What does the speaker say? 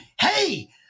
hey